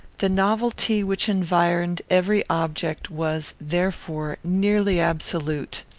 the novelty which environed every object was, therefore, nearly absolute.